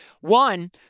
One